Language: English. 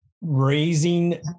raising